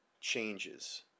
changes